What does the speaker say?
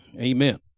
Amen